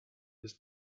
ist